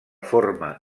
forma